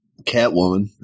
Catwoman